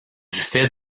fait